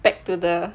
back to the